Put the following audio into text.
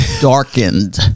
darkened